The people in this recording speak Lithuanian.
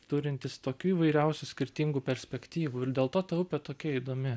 turintis tokių įvairiausių skirtingų perspektyvų ir dėl to ta upė tokia įdomi